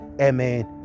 amen